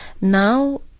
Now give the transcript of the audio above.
now